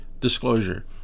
disclosure